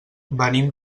venim